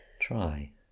try